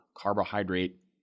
carbohydrate